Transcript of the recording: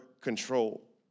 control